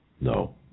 No